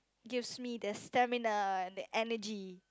gives me the stamina the energy